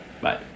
Bye